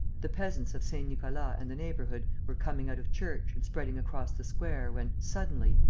the peasants of saint-nicolas and the neighbourhood were coming out of church and spreading across the square, when, suddenly,